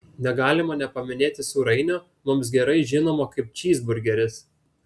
negalima nepaminėti sūrainio mums gerai žinomo kaip čyzburgeris